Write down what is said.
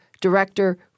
director